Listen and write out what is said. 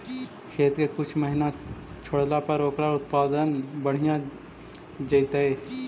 खेत के कुछ महिना छोड़ला पर ओकर उत्पादन बढ़िया जैतइ?